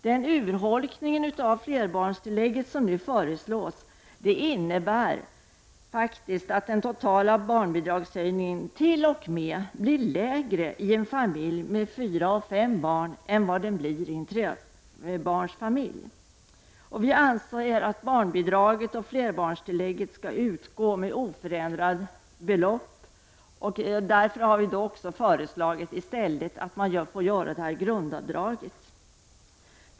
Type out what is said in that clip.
Den urholkning av flerbarnstillägget som nu föreslås innebär faktiskt att den totala barnbidragshöjningen t.o.m. blir lägre i en familj med fyra eller fem barn än i en familj med tre barn. Vi anser att barnbidraget och flerbarnstillägget skall utgå med oförändrat belopp. Därför har vi också föreslagit att man får göra detta grundavdrag.